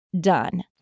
done